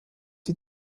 die